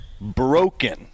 broken